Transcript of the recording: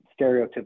stereotypical